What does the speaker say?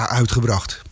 uitgebracht